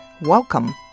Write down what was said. Welcome